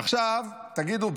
עכשיו תגידו,